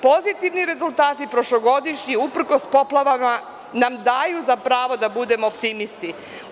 Pozitivni rezultati prošlogodišnji, uprkos poplavama, nam daju za pravo da budemo optimisti.